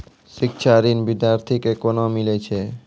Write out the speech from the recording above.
शिक्षा ऋण बिद्यार्थी के कोना मिलै छै?